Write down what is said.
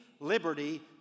liberty